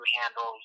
handles